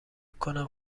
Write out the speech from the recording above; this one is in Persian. کنم